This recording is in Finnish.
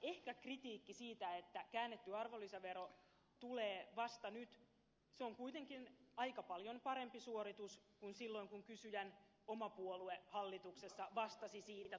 ehkä kritiikki siitä että käännetty arvonlisävero tulee vasta nyt se on kuitenkin aika paljon parempi suoritus kuin silloin kun kysyjän oma puolue hallituksessa vastasi siitä